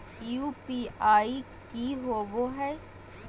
UPI की होवे हय?